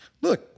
look